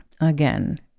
again